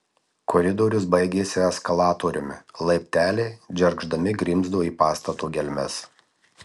koridorius baigėsi eskalatoriumi laipteliai džergždami grimzdo į pastato gelmes